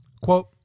Quote